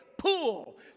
pool